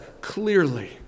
clearly